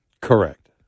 Correct